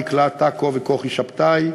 דקלה טקו וכוכי שבתאי,